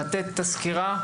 לתת את הסקירה,